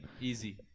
Easy